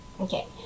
Okay